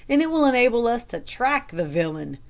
and it will enable us to track the villain.